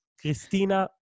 Christina